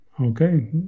Okay